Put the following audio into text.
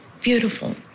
beautiful